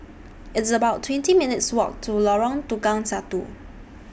It's about twenty minutes' Walk to Lorong Tukang Satu